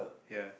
ya